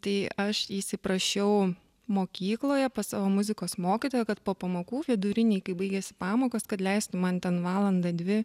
tai aš įsiprašiau mokykloje pas savo muzikos mokytoją kad po pamokų vidurinėj kai baigiasi pamokos kad leistų man ten valandą dvi